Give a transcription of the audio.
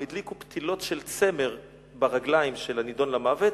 הם הדליקו פתילות של צמר ברגליים של הנידון למוות,